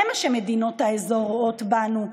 זה מה שמדינות האזור רואות בנו,